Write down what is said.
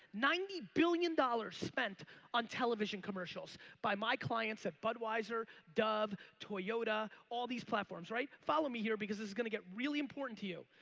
ninety billion dollars spent on television commercials by my clients at budweiser, dove, toyota, all these platforms, right? follow me here because this is gonna get really important to you.